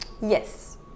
Yes